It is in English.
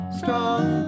strong